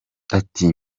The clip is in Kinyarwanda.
ati